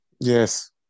Yes